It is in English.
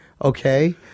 okay